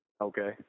Okay